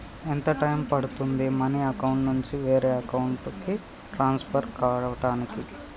ఎంత టైం పడుతుంది money account నుంచి వేరే అకౌంట్ కి ట్రాన్స్ఫర్ కావటానికి?